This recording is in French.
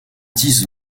dix